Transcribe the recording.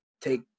take